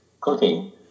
cooking